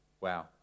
wow